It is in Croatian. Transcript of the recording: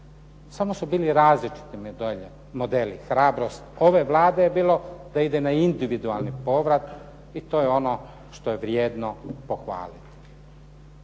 Samo su bili različiti modeli. Hrabrost ove Vlade je bilo da ide na individualni povrat i to je ono što je vrijedno pohvaliti.